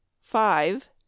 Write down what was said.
Five